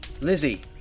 Lizzie